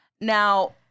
Now